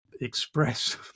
express